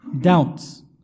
Doubts